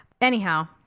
Anyhow